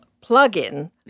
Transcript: plug-in